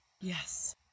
Yes